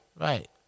Right